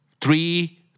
Three